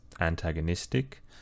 antagonistic